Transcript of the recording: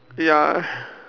ya